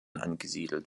angesiedelt